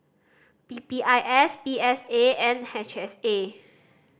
P P I S P S A and H S A